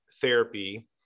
therapy